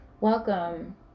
Welcome